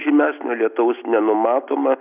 žymesnio lietaus nenumatoma